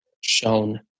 shown